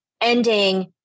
ending